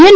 N